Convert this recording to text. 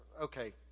okay